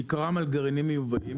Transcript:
בעיקרם על גרעינים מיובאים,